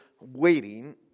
waiting